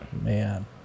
Man